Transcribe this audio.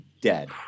dead